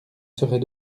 serait